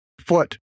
foot